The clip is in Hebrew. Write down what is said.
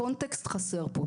הקונטקסט חסר פה.